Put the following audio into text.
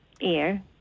air